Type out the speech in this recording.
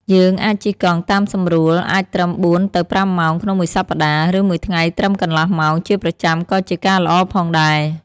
យើងអាចជិះកង់តាមសម្រួល អាចត្រឹម ៤ ទៅ ៥ម៉ោង ក្នុងមួយសប្ដាហ៍ ឬមួយថ្ងៃត្រឹមកន្លះម៉ោង ជាប្រចាំក៏ជាការល្អផងដែរ។